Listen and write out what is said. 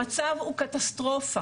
המצב הוא קטסטרופה,